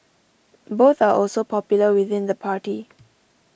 both are also popular within the party